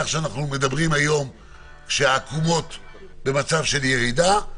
שאנחנו מדברים היום כשהעקומות במצב של ירידה.